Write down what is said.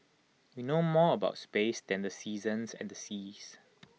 we know more about space than the seasons and the seas